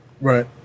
Right